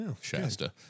Shasta